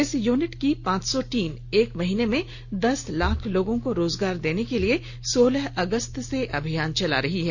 इस यूनिट की पांच सौ टीम एक महीने में दस लाख लोगों को रोजगार देने के लिए सोलह अगस्त से अभियान चला रही है